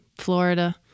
Florida